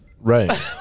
right